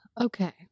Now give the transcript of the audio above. Okay